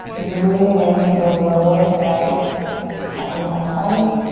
breathing into the lower right side of the back body.